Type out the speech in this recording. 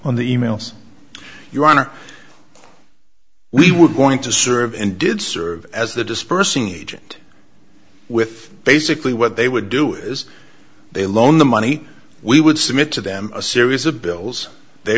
on the emails your honor we were going to serve and did serve as the dispersing agent with basically what they would do is they loan the money we would submit to them a series of bills they